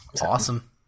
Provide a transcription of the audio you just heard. Awesome